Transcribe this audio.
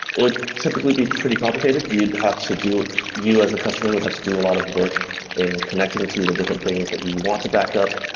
it would typically be pretty complicated. you'd have to do you as the customer would have to do a lot of work in connecting to the different things that you want to backup,